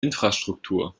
infrastruktur